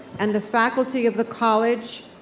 and the faculty of the college,